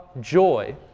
joy